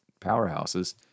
powerhouses